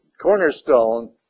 cornerstone